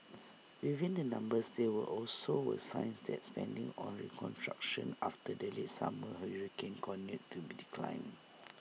within the numbers there were also were signs that spending on reconstruction after the late summer hurricanes continued to be decline